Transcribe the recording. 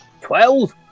Twelve